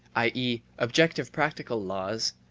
i e, objective practical laws,